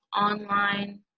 online